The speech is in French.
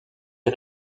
les